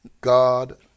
God